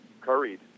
curried